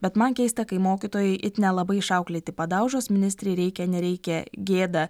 bet man keista kai mokytojai it nelabai išauklėti padaužos ministrei reikia nereikia gėda